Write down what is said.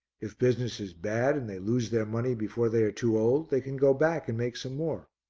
if business is bad and they lose their money before they are too old, they can go back and make some more.